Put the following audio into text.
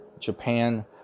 Japan